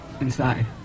inside